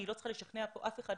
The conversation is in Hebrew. אני לא צריכה לשכנע פה אף אחד,